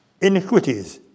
iniquities